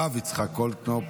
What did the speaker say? הרב יצחק גולדקנופ,